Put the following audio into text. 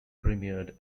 premiered